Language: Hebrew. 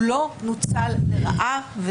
הוא לא נוצל לרעה.